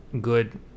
good